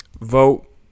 vote